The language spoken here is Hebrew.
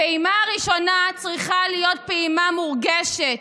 הפעימה הראשונה צריכה להיות פעימה מורגשת,